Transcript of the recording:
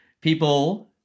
people